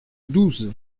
douze